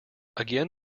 again